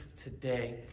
today